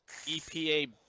EPA